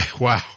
wow